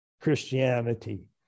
Christianity